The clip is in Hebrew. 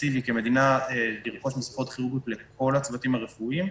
המדינה תרכוש מסכות כירורגיות לכל הצוותים הרפואיים,